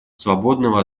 свободного